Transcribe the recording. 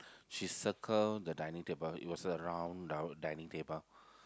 she circle the dining table it was a round round dining table